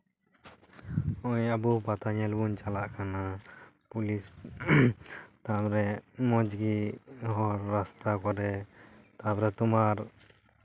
ᱦᱚᱸᱜᱼᱚᱭ ᱟᱵᱚ ᱯᱟᱛᱟ ᱧᱮᱞ ᱵᱚ ᱪᱟᱞᱟᱜ ᱠᱟᱱᱟ ᱯᱩᱞᱤᱥ ᱴᱷᱟᱶ ᱨᱮ ᱢᱚᱡᱽ ᱜᱮ ᱦᱚᱨ ᱨᱟᱥᱛᱟ ᱠᱚᱨᱮ ᱛᱟᱨᱯᱚᱨᱮ ᱛᱳᱢᱟᱨ